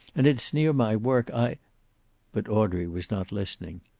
and it is near my work. i but audrey was not listening.